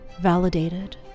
validated